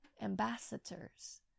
ambassadors